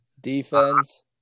defense